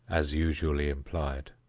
as usually applied?